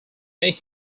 make